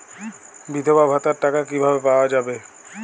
বিধবা ভাতার টাকা কিভাবে পাওয়া যাবে?